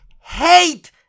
HATE